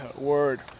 Word